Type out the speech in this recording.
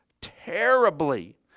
terribly